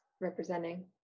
representing